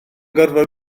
gorfod